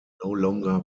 longer